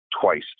twice